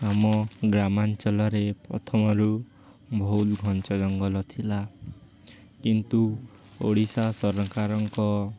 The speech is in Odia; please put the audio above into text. ଆମ ଗ୍ରାମାଞ୍ଚଳରେ ପ୍ରଥମରୁ ବହୁତ ଘଞ୍ଚ ଜଙ୍ଗଲ ଥିଲା କିନ୍ତୁ ଓଡ଼ିଶା ସରକାରଙ୍କ